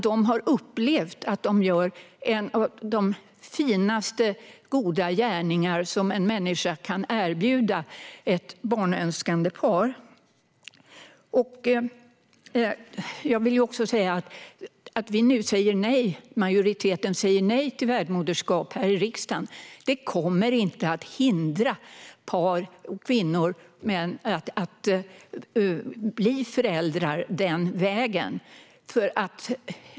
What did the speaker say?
De har upplevt att de gjort de finaste, goda gärningar som en människa kan erbjuda ett barnönskande par. Att majoriteten här i riksdagen nu säger nej till värdmoderskap kommer inte att hindra par, kvinnor och män att bli föräldrar den vägen.